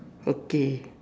okay